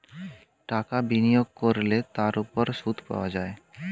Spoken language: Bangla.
টাকা বিনিয়োগ করলে তার উপর সুদ পাওয়া যায়